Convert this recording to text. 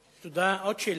תודה, עוד שאלה.